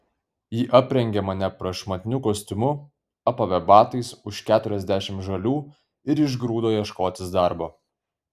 ji aprengė mane prašmatniu kostiumu apavė batais už keturiasdešimt žalių ir išgrūdo ieškotis darbo